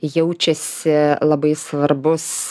jaučiasi labai svarbus